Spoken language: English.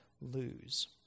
lose